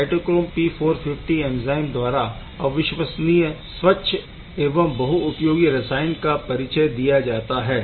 cytochrome P450 enzyme द्वारा अविश्वसनीय स्वच्छ एवं बहु उपयोगी रसायन का परिचय दिया जाता है